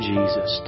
Jesus